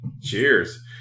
Cheers